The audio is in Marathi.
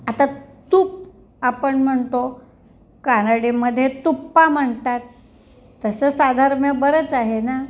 आता तुप आपण म्हणतो कानडीमध्ये तुप्पा म्हणतात तसं साधर्म्य बरंच आहे ना